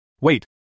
Wait